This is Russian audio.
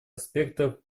аспектов